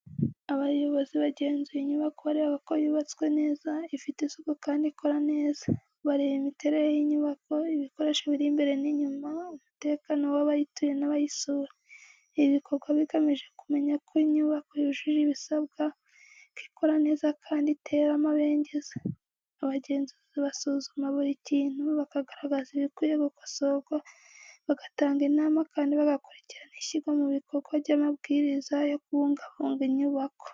Abayobozi bagenzura inyubako bareba ko yubatswe neza, ifite isuku kandi ikora neza. Bareba imiterere y’inyubako, ibikoresho biri imbere n’inyuma, umutekano w’abayituye n’abayisura. Ibi bikorwa bigamije kumenya ko inyubako yujuje ibisabwa, ko ikora neza kandi itera amabengeza. Abagenzuzi basuzuma buri kintu, bakagaragaza ibikwiye gukosorwa, bagatanga inama, kandi bagakurikirana ishyirwa mu bikorwa ry’amabwiriza yo kubungabunga inyubako.